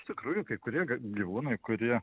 iš tikrųjų kai kurie ga gyvūnai kurie